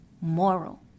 moral